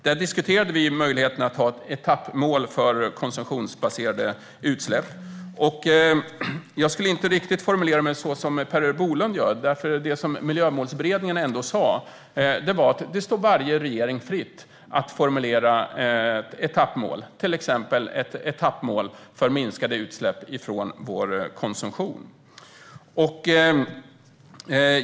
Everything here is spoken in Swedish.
Där diskuterade vi möjligheten att ha ett etappmål för konsumtionsbaserade utsläpp. Jag skulle inte riktigt formulera mig som Per Bolund, för det som Miljömålsberedningen ändå sa var att det står varje regering fritt att formulera etappmål, till exempel för minskade utsläpp från vår konsumtion.